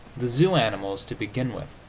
the zoo animals, to begin with,